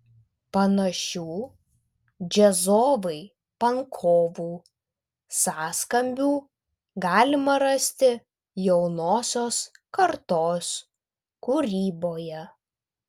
panašių džiazovai pankovų sąskambių galima rasti jaunosios kartos kūryboje